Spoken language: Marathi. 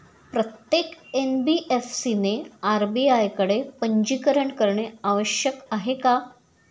प्रत्येक एन.बी.एफ.सी ने आर.बी.आय कडे पंजीकरण करणे आवश्यक आहे का?